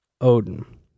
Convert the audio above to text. Odin